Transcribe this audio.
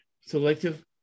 Selective